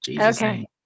Okay